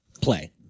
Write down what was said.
play